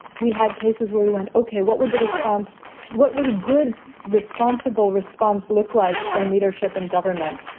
we had cases where we went, ok, what would the response, what would a good responsible response look like from leadership and government?